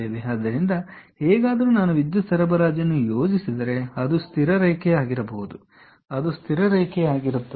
ಆದ್ದರಿಂದ ಆದ್ದರಿಂದ ಹೇಗಾದರೂ ನಾನು ವಿದ್ಯುತ್ ಸರಬರಾಜನ್ನು ಯೋಜಿಸಿದರೆ ಅದು ಸ್ಥಿರ ರೇಖೆಯಾಗಿರಬಹುದು ಅದು ಸ್ಥಿರ ರೇಖೆಯಾಗಿರುತ್ತದೆ